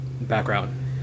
background